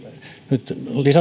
nyt